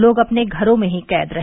लोग अपने घरों में ही कैद रहे